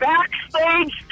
Backstage